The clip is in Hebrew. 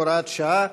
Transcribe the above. הוראת שעה),